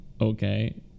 okay